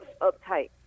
uptight